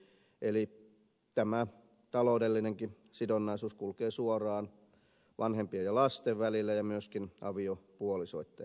eli tämä taloudellinenkin sidonnaisuus kulkee suoraan vanhempien ja lasten välillä ja myöskin aviopuolisoitten välillä